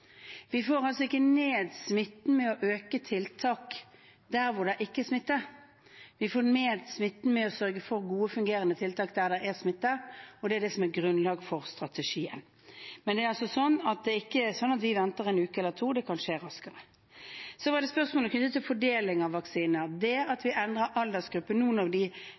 vi får altså ikke ned smitten ved å øke tiltak der hvor det ikke er smitte. Vi får ned smitten ved å sørge for gode og fungerende tiltak der det er smitte, og det er det som er grunnlaget for strategien. Men det er altså ikke slik at vi venter en uke eller to. Det kan skje raskere. Så var det spørsmålet knyttet til fordeling av vaksiner, det at vi endrer aldersgruppe nå når de